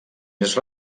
més